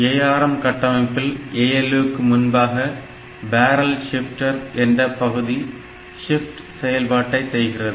ARM கட்டமைப்பில் ALU க்கு முன்பாக பேரல் ஷிப்டர் என்ற பகுதி ஷிப்ட் செயல்பாட்டை செய்கிறது